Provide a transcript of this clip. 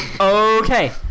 Okay